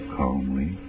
calmly